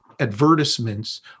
advertisements